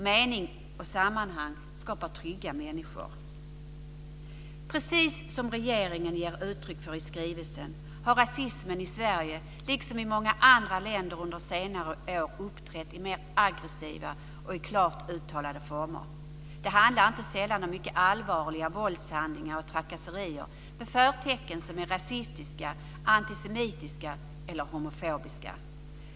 Mening och sammanhang skapar trygga människor. Precis som regeringen ger uttryck för i skrivelsen har rasismen i Sverige, liksom i många andra länder, under senare år uppträtt i mer aggressiva och i klart uttalade former. Det handlar inte sällan om mycket allvarliga våldshandlingar och trakasserier med förtecken som är rasistiska, antisemitiska eller homofobiska.